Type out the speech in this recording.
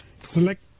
select